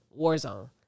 Warzone